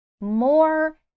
More